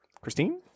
Christine